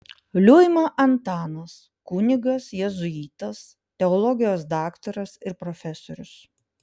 liuima antanas kunigas jėzuitas teologijos daktaras ir profesorius